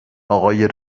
آقای